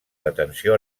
detenció